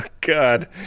God